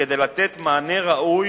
כדי לתת מענה ראוי